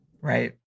right